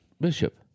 Bishop